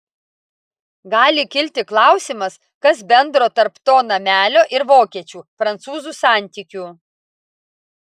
gali kilti klausimas kas bendro tarp to namelio ir vokiečių prancūzų santykių